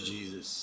Jesus